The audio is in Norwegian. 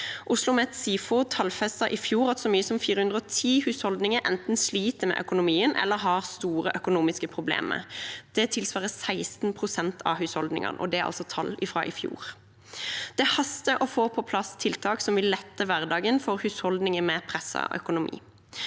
Oslomet tallfestet i fjor at så mange som 410 000 husholdninger enten sliter med økonomien eller har store økonomiske problemer. Dette tilsvarer 16 pst. av husholdningene, og det er altså tall fra i fjor. Det haster å få på plass tiltak som vil lette hverdagen for husholdninger med presset økonomi.